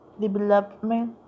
development